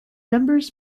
members